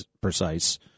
precise